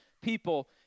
people